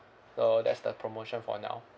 so that's the promotion for now